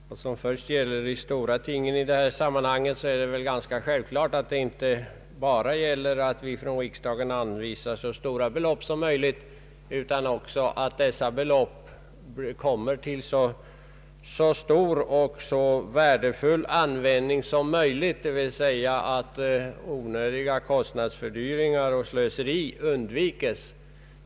Herr talman! Vad beträffar de stora frågorna i detta sammanhang är det ganska självklart att det inte bara gäller för riksdagen att anvisa så stora belopp som möjligt utan också att pengarna kommer till så god användning som möjligt, d.v.s. att onödiga kostnadsfördyringar och slöseri undviks.